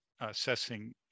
assessing